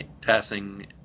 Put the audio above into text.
passing